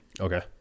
Okay